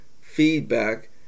Feedback